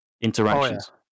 interactions